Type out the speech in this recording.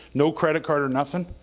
no credit card or nothing,